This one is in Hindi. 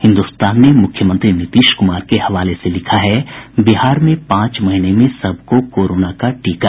हिन्दुस्तान ने मुख्यमंत्री नीतीश कुमार के हवाले से लिखा है बिहार में पांच महीने में सब को कोरोना का टीका